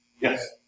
Yes